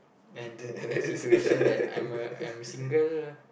and in a situation that I'm a I'm single